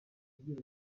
agira